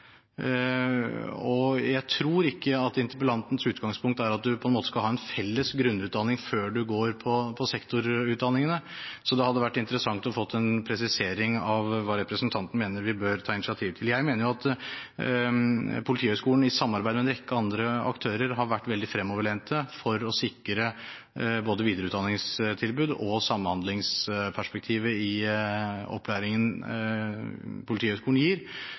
ulike. Jeg tror ikke at interpellantens utgangspunkt er at man på en måte skal ha en felles grunnutdanning før man går på sektorutdanningene. Det hadde vært interessant å få en presisering av hva representanten mener at vi bør ta initiativ til. Jeg mener at Politihøgskolen, i samarbeid med en rekke andre aktører, har vært veldig fremoverlent for å sikre både videreutdanningstilbud og samhandlingsperspektivet i opplæringen som Politihøgskolen gir,